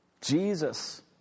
Jesus